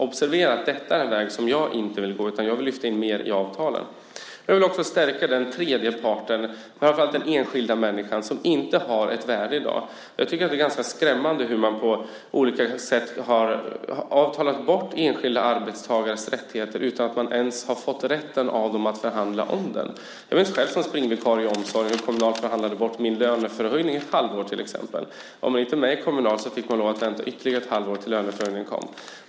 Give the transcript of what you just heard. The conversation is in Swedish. Observera att detta är en väg som jag inte vill gå, utan jag vill lyfta in mer i avtalen. Jag vill också stärka den tredje parten, framför allt den enskilda människan, som inte har ett värde i dag. Det är ganska skrämmande hur enskilda arbetstagares rättigheter på olika sätt har avtalats bort utan att man ens har fått rätten att förhandla om dem. Jag minns själv när jag var springvikarie i omsorgen hur Kommunal förhandlade bort min löneförhöjning ett halvår. Om man inte var med i Kommunal fick man vänta ytterligare ett halvår tills löneförhöjningen kom.